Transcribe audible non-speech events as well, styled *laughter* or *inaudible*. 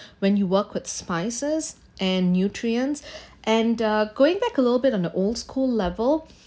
when you work with spices and nutrients *breath* and the going back a little bit on a old school level